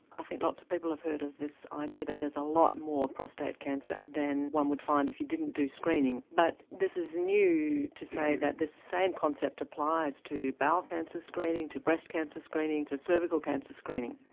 i think lots of people have heard of this idea that there's a lot more prostate cancer than one would find if you didn't do screening. but this is new to say that the same concept applies to bowel cancer screening, to breast cancer screening, to cervical cancer screening.